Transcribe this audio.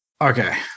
okay